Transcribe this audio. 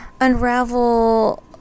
unravel